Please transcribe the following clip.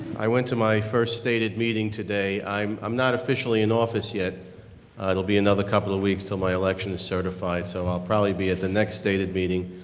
i went to my first stated today, i'm i'm not officially in office yet, it will be another couple of weeks til my election is certified so i'll probably be at the next stated meeting,